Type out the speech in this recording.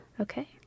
Okay